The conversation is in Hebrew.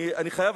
אני חייב,